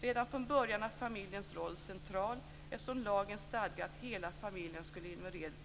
Redan från början är familjens roll central, eftersom lagen stadgade att hela familjen skulle